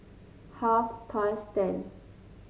half past ten